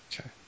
okay